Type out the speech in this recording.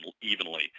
evenly